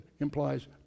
implies